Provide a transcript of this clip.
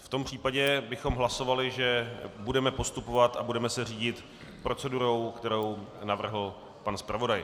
V tom případě bychom hlasovali, že budeme postupovat a budeme se řídit procedurou, kterou navrhl pan zpravodaj.